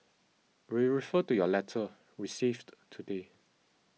we refer to your letter received today